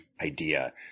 idea